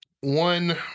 one